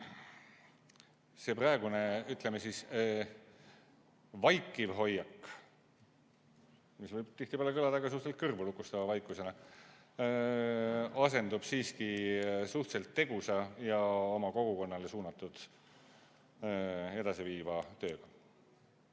see praegune, ütleme siis, vaikiv hoiak, mis võib tihtipeale kõlada ka suhteliselt kõrvulukustava vaikusena, asendub siiski suhteliselt tegusa ja oma kogukonnale suunatud edasiviiva tööga.